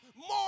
more